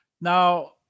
Now